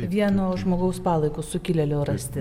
vieno žmogaus palaikus sukilėlio rasti